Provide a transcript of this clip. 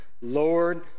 Lord